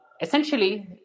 essentially